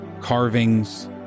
carvings